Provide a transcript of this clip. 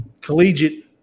collegiate